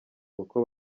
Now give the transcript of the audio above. kuko